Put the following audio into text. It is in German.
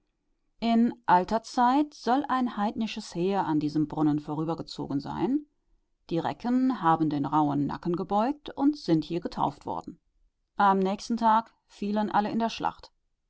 in alter zeit soll ein heidnisches heer an diesem brunnen vorübergezogen sein die recken haben den rauhen nacken gebeugt und sind hier getauft worden am nächsten tage fielen alle in der schlacht